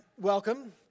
welcome